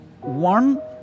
one